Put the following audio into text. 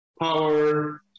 power